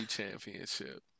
Championship